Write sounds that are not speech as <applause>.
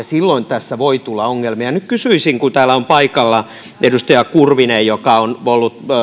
<unintelligible> silloin tässä voi tulla ongelmia nyt kysyisin kun täällä on paikalla edustaja kurvinen joka on ollut